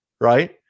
right